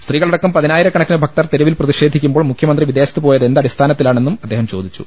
സ്ത്രീകളടക്കം പതിനായിരക്കണക്കിന് ഭക്തർ തെരുവിൽ പ്രതിഷേധിക്കുമ്പോൾ മുഖ്യമന്ത്രി വിദേശത്ത് പോയത് എന്തടിസ്ഥാനത്തിലാണെന്നും അദ്ദേഹം ചോദിച്ചു